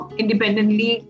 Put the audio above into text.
independently